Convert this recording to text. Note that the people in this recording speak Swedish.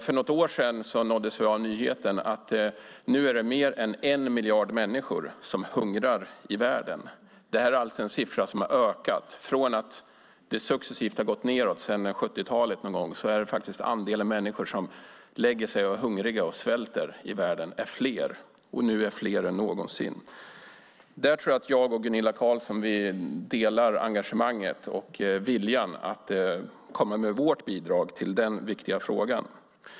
För något år sedan nåddes vi av nyheten att det nu är mer än en miljard människor i världen som hungrar. Den siffran har ökat. Från att successivt ha gått ned sedan 70-talet ökar nu andelen människor som går till sängs hungriga och svälter. De är i dag fler än någonsin. Jag tror att Gunilla Carlsson och jag delar engagemanget och viljan att komma med vårt bidrag till den viktiga frågan.